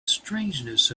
strangeness